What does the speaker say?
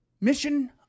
Mission